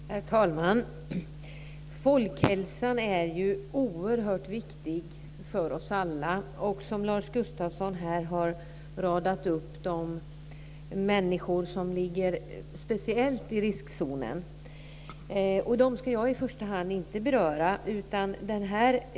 Herr talman! Folkhälsan är ju oerhört viktig för oss alla. Lars Gustafsson har här räknat upp vilka människor som speciellt ligger i riskzonen. Jag ska inte i första hand beröra dem.